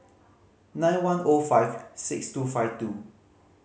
nine one O five six two five two